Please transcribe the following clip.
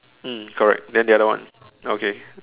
mm correct then the other one okay